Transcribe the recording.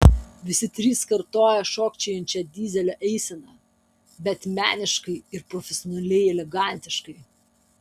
visi trys kartojo šokčiojančią dyzelio eiseną bet meniškai ir profesionaliai elegantiškai